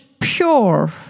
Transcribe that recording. pure